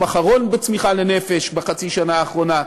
אחרון בצמיחה לנפש בחצי השנה האחרונה.